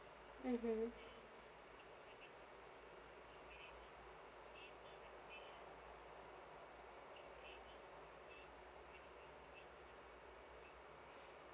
mmhmm